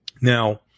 Now